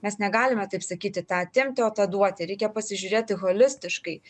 mes negalime taip sakyti tą atimti o tą duoti reikia pasižiūrėti holistiškai